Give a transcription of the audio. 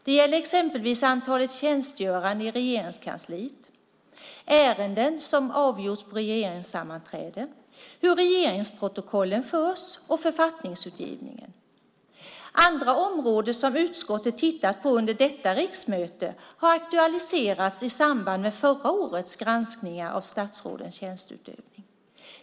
Det gäller exempelvis antalet tjänstgörande i Regeringskansliet, ärenden som avgjorts på regeringssammanträden, hur regeringsprotokollen förs och författningsutgivningen. Andra områden som utskottet tittat på under detta riksmöte har aktualiserats i samband med förra årets granskningar av statsrådens tjänsteutövning.